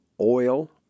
Oil